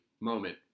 moment